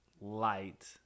light